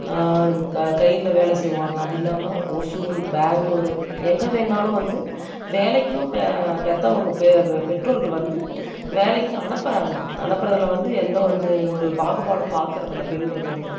க கையில் வேலை செய்வாங்க அது இல்லாமல் ஒசூர் பேங்களூர் எங்கே வேணாலும் வந்து வேலைக்கும் பெற்றவங்க பெற்றோர்கள் வந்து வேலைக்கு அனுப்புகிறாங்க அனுப்புறதில் வந்து எந்த வந்து ஒரு பாகுபாடும் பார்க்குறது இல்லை பெண்களுக்கு வந்து